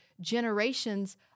generations